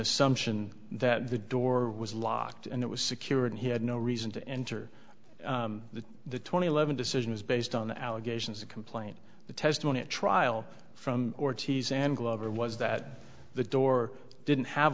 assumption that the door was locked and it was secure and he had no reason to enter the the twenty eleven decisions based on the allegations the complaint the testimony at trial from ortiz and glover was that the door didn't have